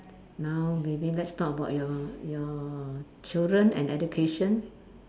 now maybe let's talk about your your children and education